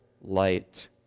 light